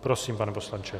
Prosím, pane poslanče.